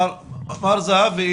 מר זהבי,